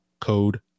code